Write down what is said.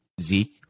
Zeke